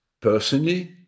Personally